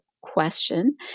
question